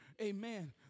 Amen